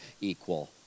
equal